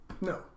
No